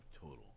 total